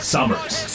Summers